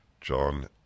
John